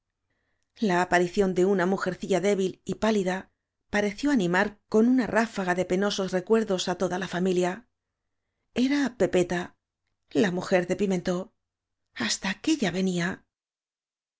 la aparición de una mujercilla débil y pálida pareció animar con una ráfaga de penosos recuerdos á toda la familia era pepeta la mujer de pimentb hasta aquélla veñía